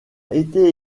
été